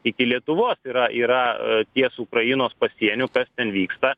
iki lietuvos yra yra ties ukrainos pasieniu kas ten vyksta